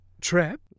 Trap